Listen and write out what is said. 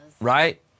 right